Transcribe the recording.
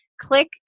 click